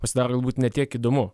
pasidaro galbūt ne tiek įdomu